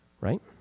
Right